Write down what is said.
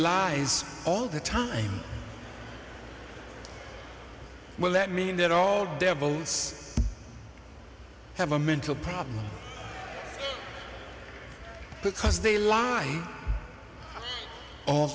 lies all the time well let me end it all devils have a mental problem because they lie all